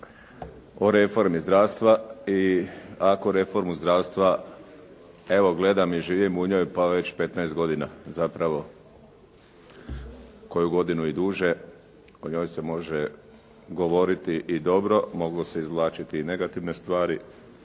o reformi zdravstva iako reformu zdravstva, evo gledam i živim u njoj pa već 15 godina, zapravo koju godinu i duže o njoj se može dogovoriti i dobro, moglo se izvlačiti i negativne stvari,